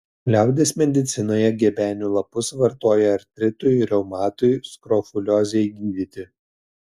liaudies medicinoje gebenių lapus vartoja artritui reumatui skrofuliozei gydyti